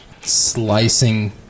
slicing